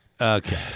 Okay